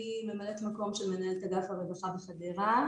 ממלאת מקום של מנהלת אגף הרווחה בחדרה.